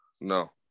No